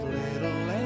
little